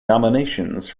nominations